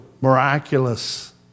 miraculous